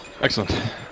Excellent